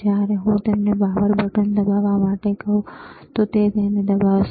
જ્યારે હું તેને પાવર બટન દબાવવા માટે કહું તો તે તેને દબાવશે